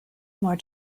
more